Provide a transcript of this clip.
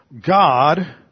God